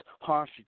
harsh